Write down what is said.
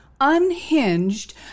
unhinged